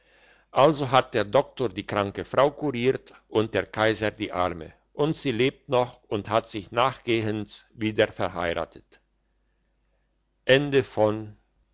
also hat der doktor die kranke frau kuriert und der kaiser die arme und sie lebt noch und hat sich nachgehends wieder verheiratet